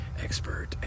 expert